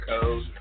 code